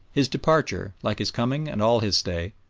his departure, like his coming and all his stay,